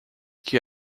que